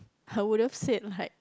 I would have said like